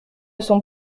sont